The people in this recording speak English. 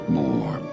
more